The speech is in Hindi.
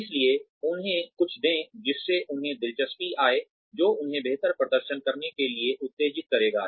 इसलिए उन्हें कुछ दें जिससे उन्हें दिलचस्पी आए जो उन्हें बेहतर प्रदर्शन करने के लिए उत्तेजित करेगा